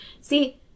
See